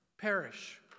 perish